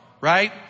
right